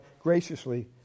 graciously